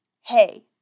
hey